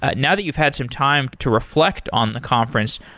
ah now that you've had some time to reflect on the conference,